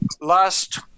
last